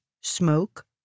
smoke